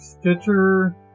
Stitcher